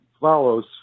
follows